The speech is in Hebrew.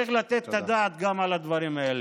צריך לתת את הדעת גם על הדברים האלה.